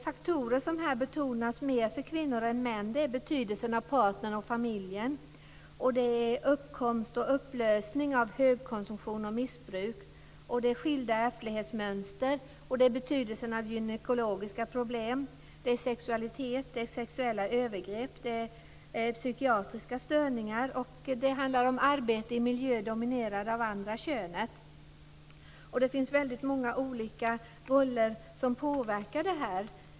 Faktorer som här betonas mer för kvinnor än män är betydelsen av partnern och familjen, uppkomst och upplösning av högkonsumtion och missbruk, skilda ärftlighetsmönster, betydelsen av gynekologiska problem, sexualitet, sexuella övergrepp, psykiatriska störningar samt arbete i miljö dominerad av det andra könet. Det finns väldigt många olika saker som påverkar det här.